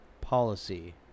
policy